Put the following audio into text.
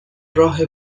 راه